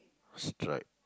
stripe